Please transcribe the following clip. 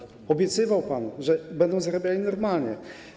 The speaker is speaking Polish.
Obiecywał pan, że będą zarabiali normalnie.